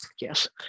yes